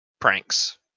pranks